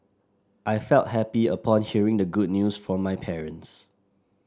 I felt happy upon hearing the good news from my parents